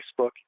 Facebook